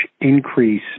increase